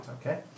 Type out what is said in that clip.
okay